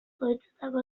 zuhaitzetako